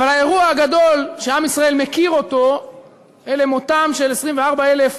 אבל האירוע הגדול שעם ישראל מכיר הוא מותם של 24,000